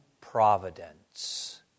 providence